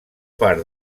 part